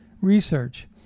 research